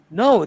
no